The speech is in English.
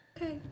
Okay